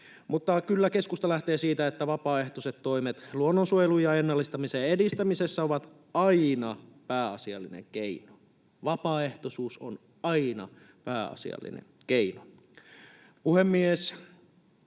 Mutta kyllä keskusta lähtee siitä, että vapaaehtoiset toimet luonnonsuojelun ja ennallistamisen edistämisessä ovat aina pääasiallinen keino. Vapaaehtoisuus on aina pääasiallinen keino. Puhemies!